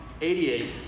88